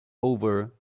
over